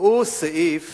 הוא סעיף